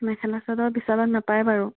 মেখেলা চাদৰ বিশালত নাপায় বাৰু